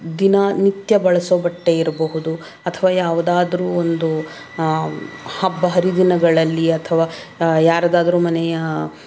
ದಿನನಿತ್ಯ ಬಳಸೋ ಬಟ್ಟೆಯಿರಬಹುದು ಅಥವಾ ಯಾವುದಾದರೂ ಒಂದು ಹಬ್ಬ ಹರಿದಿನಗಳಲ್ಲಿ ಅಥವಾ ಯಾರದಾದರೂ ಮನೆಯ